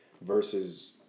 versus